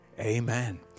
Amen